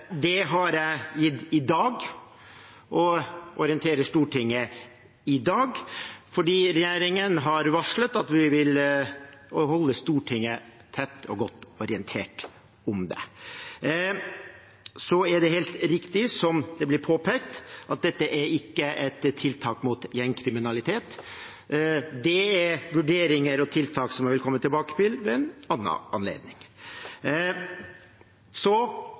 Det har jeg gitt i dag, og jeg orienterer Stortinget i dag fordi regjeringen har varslet at vi vil holde Stortinget tett og godt orientert om det. Det er helt riktig, som det blir påpekt, at dette ikke er et tiltak mot gjengkriminalitet. Det er vurderinger og tiltak som jeg vil komme tilbake til ved en annen anledning.